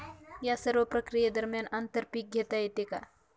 या सर्व प्रक्रिये दरम्यान आंतर पीक घेता येते का?